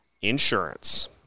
insurance